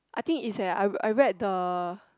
I think is eh I I read the